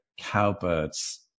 cowbirds